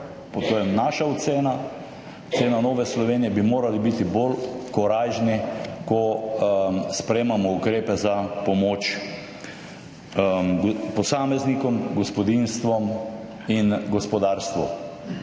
to je naša ocena, ocena Nove Slovenije, bi morali biti bolj korajžni, ko sprejemamo ukrepe za pomoč posameznikom, gospodinjstvom in gospodarstvu.